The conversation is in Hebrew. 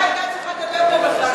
היא לא היתה צריכה לדבר פה בכלל,